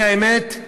האמת,